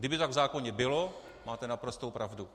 Kdyby to tak v zákoně bylo, máte naprostou pravdu.